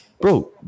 bro